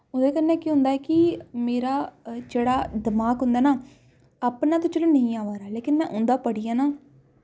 ओह्दै कन्नै केह् होंदा ऐ कि मेरा जेह्ड़ा दमाग होंदा ना अपना ते चलो नेईं अवा दा लेकिन में उं'दा पढ़ियै ना